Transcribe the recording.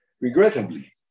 regrettably